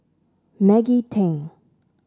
Maggie Teng